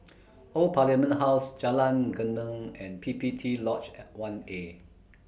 Old Parliament House Jalan Geneng and P P T Lodge and one A